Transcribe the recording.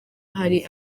hari